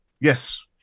Yes